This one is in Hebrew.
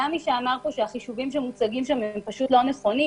היה מי אמר פה שהחישובים שמוצגים שם הם פשוט לא נכונים.